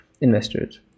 investors